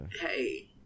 Hey